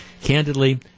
candidly